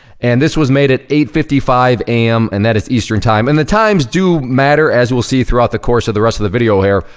and this was made at eight fifty five am and that is eastern time, and the times do matter as we'll see throughout the course of the rest of the video here.